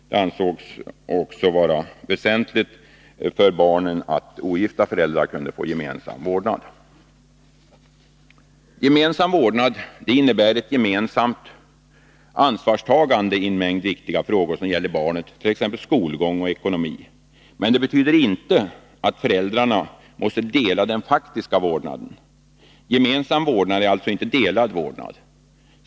Det ansågs också vara väsentligt för barnet att ogifta föräldrar kunde få gemensam vårdnad. Gemensam vårdnad innebär ett gemensamt ansvarstagande i en mängd viktiga frågor som gäller barnet, t.ex. skolgång och ekonomi. Men det betyder inte att föräldrarna måste dela den faktiska vårdnaden. Gemensam vårdnad är alltså inte delad vårdnad.